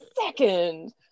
second